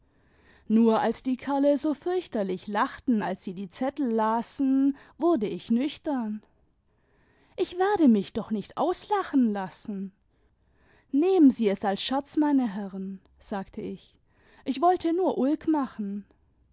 nur als die kerle so fürchterlich lachten als sie die zettel lasen wurde ich nüchtern ich werde mich doch nicht auslachen lassen auf einmal stand ich auf und war blutrot nehmen sie es als scherz meine herren sagte ich ich wollte nur ulk machen